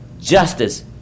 justice